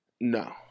No